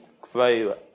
grow